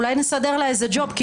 אולי נסדר לה איזה ג'וב,